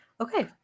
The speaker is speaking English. Okay